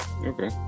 okay